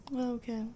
Okay